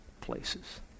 places